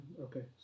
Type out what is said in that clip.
Okay